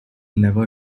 never